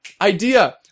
Idea